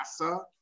NASA